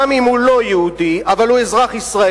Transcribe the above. גם אם הוא לא יהודי אבל הוא אזרח ישראלי,